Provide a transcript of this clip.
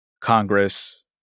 Congress